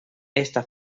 esta